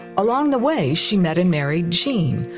along the way, she met and married gene,